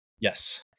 yes